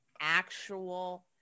actual